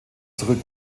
zurück